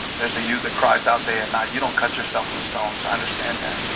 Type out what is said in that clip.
there's a you that cries out day and night you don't cut yourself with stones. i understand that